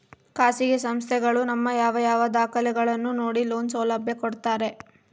ಖಾಸಗಿ ಸಂಸ್ಥೆಗಳು ನಮ್ಮ ಯಾವ ಯಾವ ದಾಖಲೆಗಳನ್ನು ನೋಡಿ ಲೋನ್ ಸೌಲಭ್ಯ ಕೊಡ್ತಾರೆ?